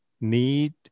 need